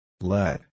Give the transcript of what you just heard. let